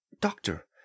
doctor